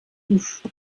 buch